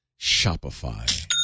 Shopify